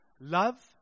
Love